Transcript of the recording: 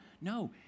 No